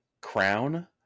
crown